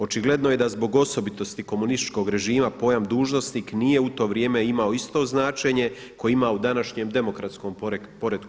Očigledno je da zbog osobitosti komunističkog režima pojam dužnosnik nije u to vrijeme imao isto značenje koje ima u današnjem demokratskom poretku.